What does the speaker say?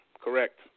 Correct